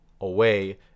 away